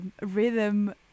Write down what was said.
rhythm